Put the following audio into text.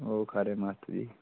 ओह् खरे मास्टर जी